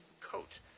coat